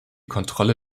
kontrolle